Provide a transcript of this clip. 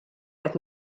qed